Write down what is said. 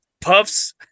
Puffs